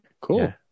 Cool